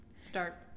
Start